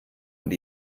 und